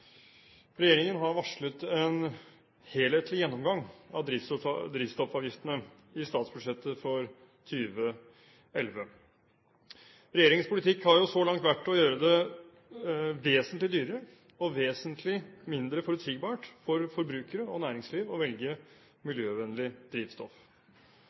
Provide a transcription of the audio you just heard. Regjeringen har varslet en helhetlig gjennomgang av drivstoffavgiftene i statsbudsjettet for 2011. Regjeringens politikk har så langt vært å gjøre det vesentlig dyrere og vesentlig mindre forutsigbart for forbrukere og næringsliv å velge miljøvennlig drivstoff.